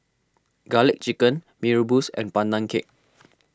Garlic Chicken Mee Rebus and Pandan Cake